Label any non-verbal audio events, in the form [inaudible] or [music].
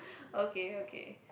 [breath] okay okay